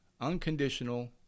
unconditional